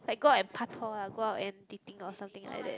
like go out and paktor lah go out and dating or something like that